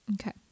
Okay